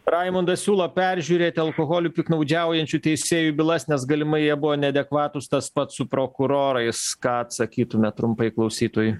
raimundas siūlo peržiūrėti alkoholiu piktnaudžiaujančių teisėjų bylas nes galimai jie buvo neadekvatūs tas pats su prokurorais ką atsakytumėt trumpai klausytojui